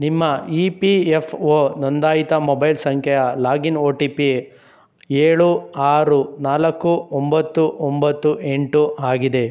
ನಿಮ್ಮ E P F O ನೋಂದಾಯಿತ mobile ಸಂಖ್ಯೆಯ ಲಾಗಿನ್ ಓ ಟಿ ಪಿ ಏಳು ಆರು ನಾಲ್ಕು ಒಂಬತ್ತು ಒಂಬತ್ತು ಎಂಟು ಆಗಿದೆ